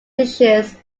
dishes